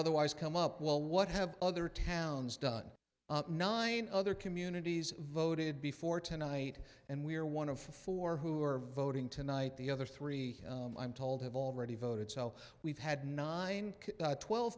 otherwise come up well what have other towns done nine other communities voted before tonight and we're one of four who are voting tonight the other three i'm told have already voted so we've had nine twelve